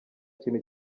kintu